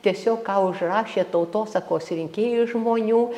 tiesiog ką užrašė tautosakos rinkėjai iš žmonių